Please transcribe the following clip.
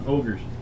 Ogres